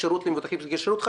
ביקשנו שיאפשרו גם לנו,